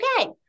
okay